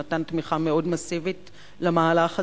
שנתן תמיכה מאוד מסיבית למהלך הזה.